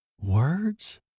Words